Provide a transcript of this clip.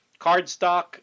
cardstock